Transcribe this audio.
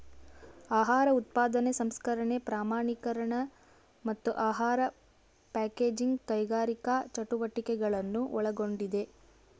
ಆಹಾರ ಉತ್ಪಾದನೆ ಸಂಸ್ಕರಣೆ ಪ್ರಮಾಣೀಕರಣ ಮತ್ತು ಆಹಾರ ಪ್ಯಾಕೇಜಿಂಗ್ ಕೈಗಾರಿಕಾ ಚಟುವಟಿಕೆಗಳನ್ನು ಒಳಗೊಂಡಿದೆ